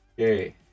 Okay